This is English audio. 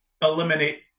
eliminate